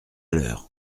l’heure